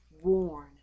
warn